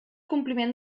compliment